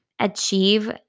achieve